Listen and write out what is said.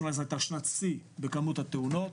שהייתה שנת שיא בכמות התאונות,